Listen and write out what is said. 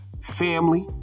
Family